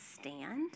stand